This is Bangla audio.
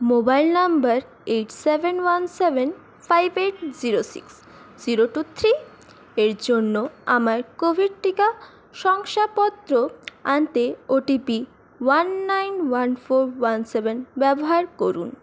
mobile number eight seven one seven five eight zero six zero two three এর জন্য আমার কোভিড টিকা শংসাপত্র আনতে O T P one nine one four one seven ব্যবহার করুন